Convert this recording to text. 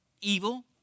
evil